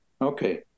Okay